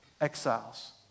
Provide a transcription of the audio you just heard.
exiles